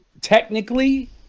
technically